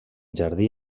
jardí